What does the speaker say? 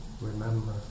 remember